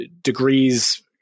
degrees